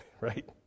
right